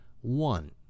One